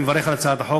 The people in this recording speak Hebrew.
אני מברך על הצעת החוק,